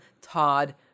Todd